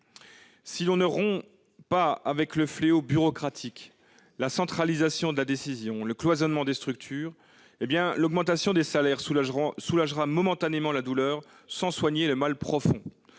Si l'on ne rompt pas avec le fléau bureaucratique, la centralisation de la décision, le cloisonnement des structures, l'augmentation des salaires soulagera momentanément la douleur sans soigner le mal profond.